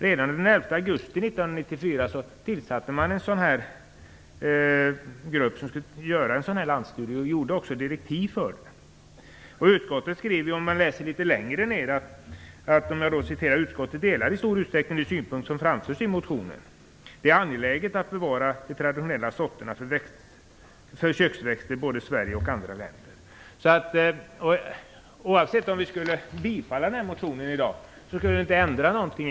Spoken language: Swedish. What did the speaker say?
Redan den 11 augusti 1994 tillsattes en grupp som skulle göra en landsstudie och skrevs direktiv för gruppen. Utskottet skriver att utskottet i stor utsträckning delar de synpunkter som framförs i motionen. Det är angeläget att bevara de traditionella sorterna för köksväxter både i Sverige och i andra länder. Även om riksdagen skulle bifalla motionen i dag skulle det inte förändra någonting.